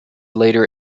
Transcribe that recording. later